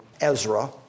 Ezra